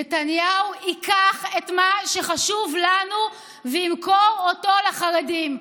נתניהו ייקח את מה שחשוב לנו וימכור אותו לחרדים.